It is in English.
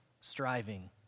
striving